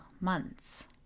months